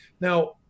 Now